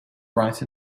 right